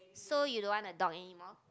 so you don't want a dog anymore